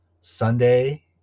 Sunday